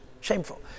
shameful